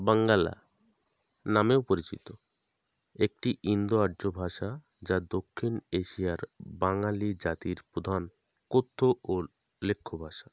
বাঙ্গালা নামেও পরিচিত একটি ইন্দো আর্য ভাষা যা দক্ষিণ এশিয়ার বাঙালি জাতির প্রধান কথ্য ও লেখ্য ভাষা